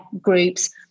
groups